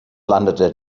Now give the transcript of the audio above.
landete